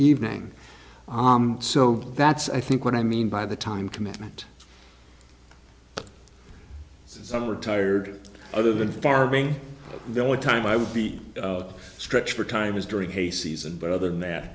evening so that's i think what i mean by the time commitment some are tired other than farming the only time i would be a stretch for time is during hay season but other than